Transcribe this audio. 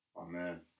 Amen